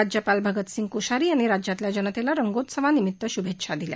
राज्यपाल भगतसिंह कोश्यारी यांनी राज्यातील जनतेला रंगोत्सवानिमित्त श्भेच्छा दिल्या